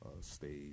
stay